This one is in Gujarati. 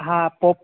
હા પોપ